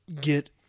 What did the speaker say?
get